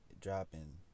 dropping